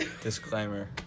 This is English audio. Disclaimer